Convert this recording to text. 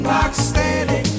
Rocksteady